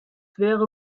wäre